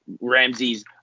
Ramsey's